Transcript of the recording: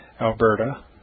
Alberta